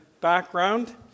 background